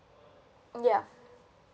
yeah